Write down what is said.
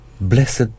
blessed